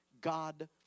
God